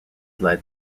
led